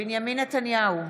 בנימין נתניהו,